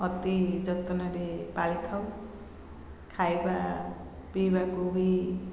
ଅତି ଯତ୍ନରେ ପାଳି ଥାଉ ଖାଇବା ପିଇବାକୁ ବି